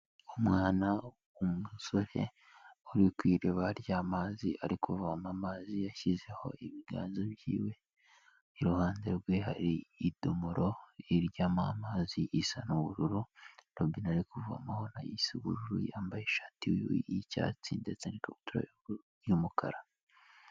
Umwana w'umusore uri ku iriba ry'amazi, ari kuvoma amazi yashyizeho ibiganza byiwe, iruhande rwe hari idomoro ijyamo amazi isa n'ubururu, robine ari kuvomaho na yo isa ubururu, yambaye ishati y'icyatsi ndetse n'ikabutura y'umukara.